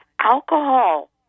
alcohol